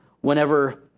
Whenever